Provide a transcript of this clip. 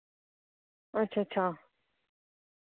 अच्छा अच्छा